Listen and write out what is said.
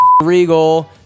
Regal